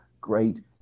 great